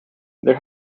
there